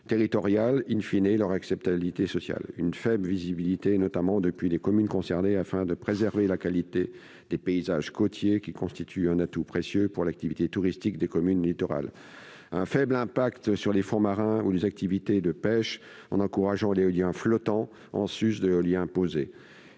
territoriale et,, leur acceptabilité sociale. Premier point, une faible visibilité, notamment depuis les communes concernées, afin de préserver la qualité des paysages côtiers, qui constitue un atout précieux pour l'activité touristique des communes littorales. Deuxième point, un faible impact sur les fonds marins ou les activités de pêche en encourageant l'éolien flottant, en sus de l'éolien posé.